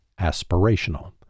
aspirational